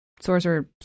sorcerer